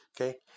okay